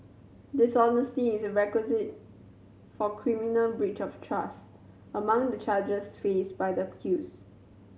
dishonesty is a requisite for criminal breach of trust among the charges faced by the accused